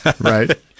Right